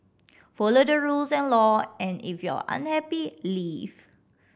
follow the rules and law and if you're unhappy leave